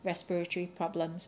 respiratory problems